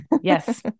Yes